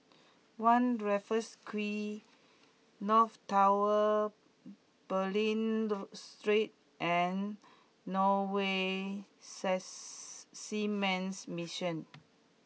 One Raffles Quay North Tower Bulim Street and Norwegian sess Seamen's Mission